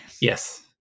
Yes